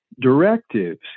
directives